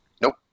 Nope